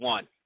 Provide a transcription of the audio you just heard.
One